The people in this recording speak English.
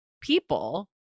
people